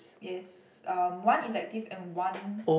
yes um one elective and one